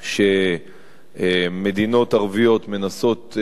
שמדינות ערביות מנסות